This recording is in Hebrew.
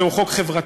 זהו חוק חברתי,